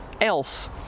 else